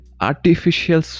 artificial